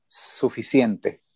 suficiente